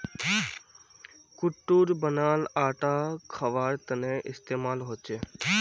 कुट्टूर बनाल आटा खवार तने इस्तेमाल होचे